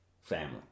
Family